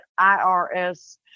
IRS